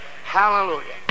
Hallelujah